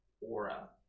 aura